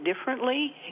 differently